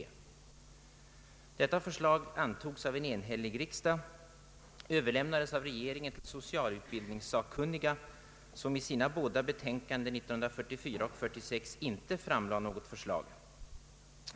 Detta förslag, som antogs av en enhällig riksdag, överlämnades av regeringen till socialutbildningssakkunniga, som dock i sina båda betänkanden 1944 och 1946 inte framlade något förslag i frågan.